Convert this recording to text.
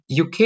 UK